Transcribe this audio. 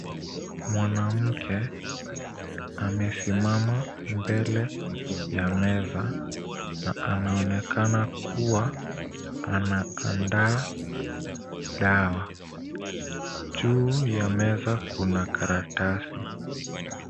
Mwanamke amesimama mbele ya meza na anaonekana kuwa anaandaa dawa. Juu ya meza kuna karatasi.